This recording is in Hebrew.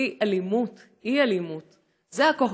אי-אלימות, אי-אלימות זה הכוח